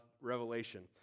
Revelation